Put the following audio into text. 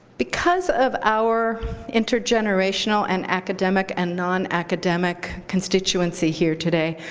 because of our intergenerational and academic and non-academic constituency here today,